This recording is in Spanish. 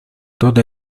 todo